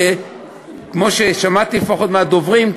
כמו ששמעתי לפחות מהדוברים,